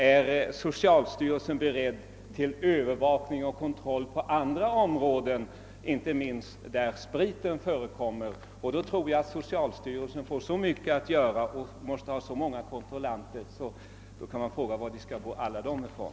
Är socialstyrelsen beredd till övervakning och kontroll även på andra områden, inte minst där spriten förekommer? I så fall tror jag att socialstyrelsen skulle behöva så många kontrollanter att man undrar var den skall få alla dessa ifrån.